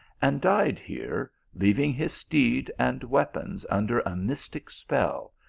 and died here, leaving his steed and weapons under a mystic spell,